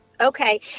Okay